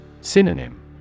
Synonym